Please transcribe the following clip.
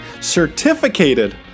Certificated